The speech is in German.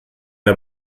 der